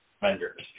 vendors